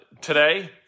today